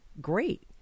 great